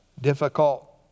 difficult